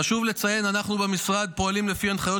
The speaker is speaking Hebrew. חשוב לציין שאנחנו במשרד פועלים לפי הנחיות